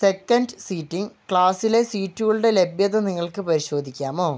second seating ക്ലാസിലെ സീറ്റുകളുടെ ലഭ്യത നിങ്ങൾക്ക് പരിശോധിക്കാമോ